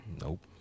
Nope